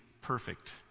perfect